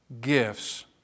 gifts